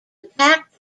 attacked